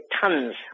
tons